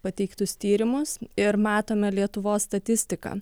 pateiktus tyrimus ir matome lietuvos statistiką